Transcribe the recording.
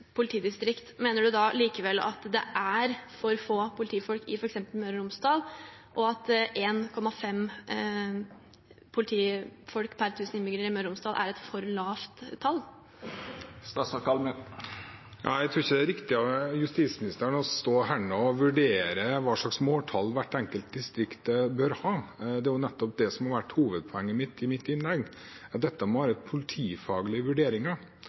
politidistrikt, mener han likevel at det er for få politifolk i f.eks. Møre og Romsdal, og at 1,5 politifolk per 1000 innbyggere i Møre og Romsdal er et for lavt tall? Jeg tror ikke det er riktig av justisministeren å stå her og vurdere hva slags måltall hvert enkelt distrikt bør ha. Det er nettopp det som var hovedpoenget i mitt innlegg, at dette må være politifaglige vurderinger.